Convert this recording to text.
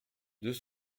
deux